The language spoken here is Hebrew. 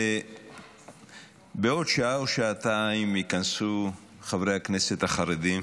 בעוד שעה או שעתיים ייכנסו חברי הכנסת החרדים,